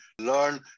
learn